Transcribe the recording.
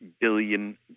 billion